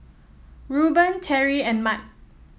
Rueben Teri and Mat